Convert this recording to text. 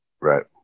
Right